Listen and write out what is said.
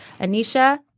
Anisha